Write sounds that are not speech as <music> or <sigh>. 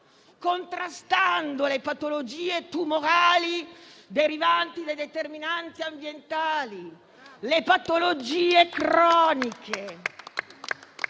contrastando le patologie tumorali derivanti dai determinanti ambientali, <applause> le patologie croniche,